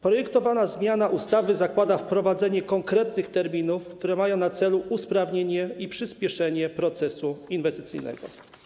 Projektowana zmiana ustawy zakłada wprowadzenie konkretnych terminów, które mają na celu usprawnienie i przyspieszenie procesu inwestycyjnego.